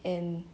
and